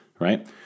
right